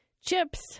chips